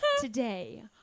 Today